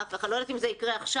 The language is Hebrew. אני לא יודעת אם זה יקרה עכשיו,